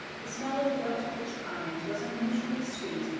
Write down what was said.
the smell of the wet pitch-pines was unusually sweet,